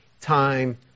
time